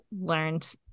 learned